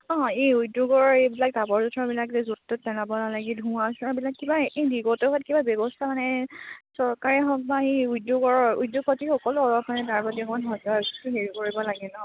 অঁ এই উদ্যোগৰ এইবিলাক নালাগে ধোঁৱা চোৱাবিলাক কিবা কিবা ব্যৱস্থা মানে চৰকাৰে হওক বা এই উদ্যোগৰ উদ্যোগতি সকলো অকমান